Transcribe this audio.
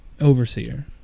overseer